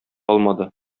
алмады